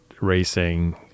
racing